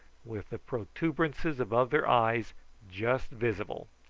with the protuberances above their eyes just visible,